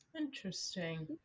interesting